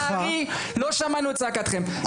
לא שמענו את צעקתכם.